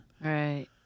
Right